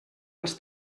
als